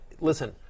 listen